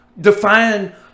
define